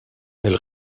elle